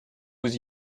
vous